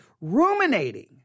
ruminating